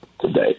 today